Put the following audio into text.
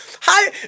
hi